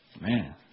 Man